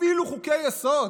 אפילו חוקי-יסוד,